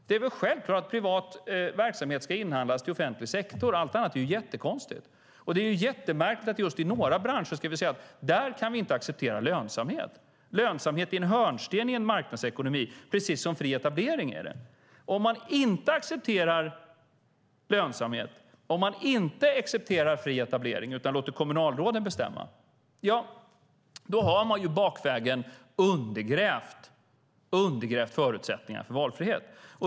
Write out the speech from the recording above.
Det är väl självklart att privat verksamhet ska inhandlas till offentlig sektor; allt annat är ju jättekonstigt. Det är jättemärkligt att säga att vi just i några branscher inte kan acceptera lönsamhet. Lönsamhet är en hörnsten i en marknadsekonomi, precis som fri etablering är det. Om man inte accepterar lönsamhet och inte accepterar fri etablering utan låter kommunalråden bestämma har man bakvägen undergrävt förutsättningarna för valfrihet.